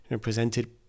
presented